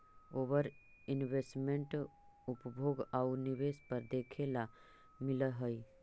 ओवर investment उपभोग आउ निवेश पर देखे ला मिलऽ हई